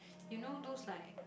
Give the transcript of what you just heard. you know those like